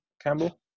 Campbell